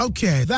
Okay